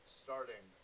starting